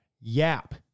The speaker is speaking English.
YAP